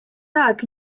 так